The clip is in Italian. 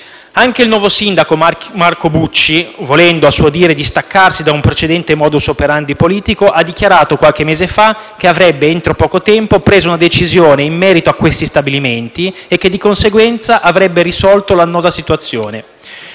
Anche il nuovo sindaco, Marco Bucci, volendo, a suo dire, distaccarsi da un precedente *modus operandi* politico, ha dichiarato qualche mese fa che avrebbe, entro poco tempo, preso una decisione in merito a questi stabilimenti e che, di conseguenza, avrebbe risolto l'annosa situazione.